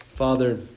Father